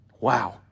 Wow